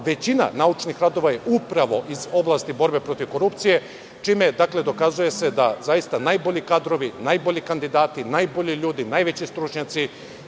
Većina naučnih radova je upravo iz oblasti borbe protiv korupcije, čime se dokazuje da najbolji kadrovi, najbolji kandidati, najbolji ljudi, najveći stručnjaci